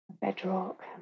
Bedrock